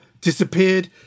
Disappeared